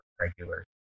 regular